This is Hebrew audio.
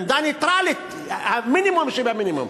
עמדה נייטרלית, המינימום שבמינימום.